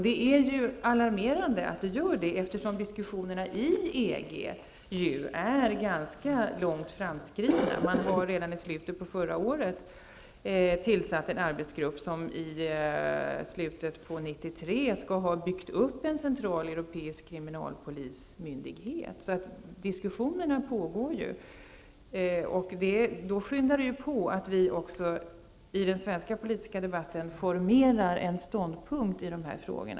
Det är alarmerande att det är så, eftersom diskussionerna inom EG är ganska långt framskridna. Man har redan i slutet av förra året tillsatt en arbetsgrupp som i slutet av 1993 skall ha byggt upp en centraleuropeisk kriminalpolismyndighet. Diskussionerna pågår ju. Då brådskar det att vi i den svenska politiska debatten formerar en ståndpunkt i dessa frågor.